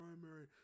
primary